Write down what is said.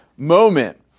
moment